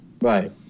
Right